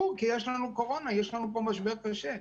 יש קורונה, יש משבר קשה.